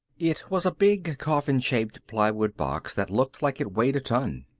it was a big, coffin-shaped plywood box that looked like it weighed a ton.